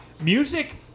Music